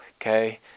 okay